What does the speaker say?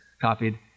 copied